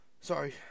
Sorry